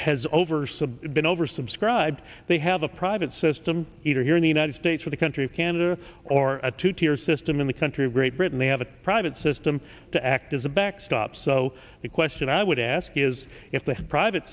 has over so been oversubscribed they have a private system either here in the united states or the country of canada or a two tier system in the country of great britain they have a private system to act as a backstop so the question i would ask is if the private